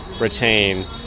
retain